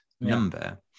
number